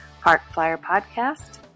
parkflyerpodcast